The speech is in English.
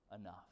enough